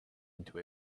into